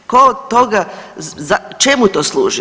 Tko od toga, čemu to služi?